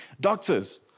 Doctors